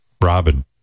Robin